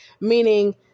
meaning